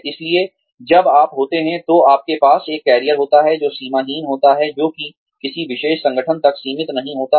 इसलिए जब आप होते हैं तो आपके पास एक कैरियर होता है जो सीमाहीन होता है जो कि किसी विशेष संगठन तक सीमित नहीं होता है